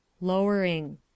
Lowering